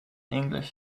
english